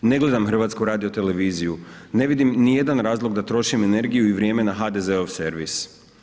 Ne gledam HRT, ne vidim ni jedan razlog da trošim energiju i vrijeme na HDZ-ov servis.